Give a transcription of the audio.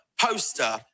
poster